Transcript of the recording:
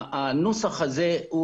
הנוסח הזה,